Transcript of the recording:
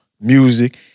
music